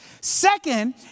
Second